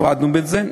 הפרדנו את זה.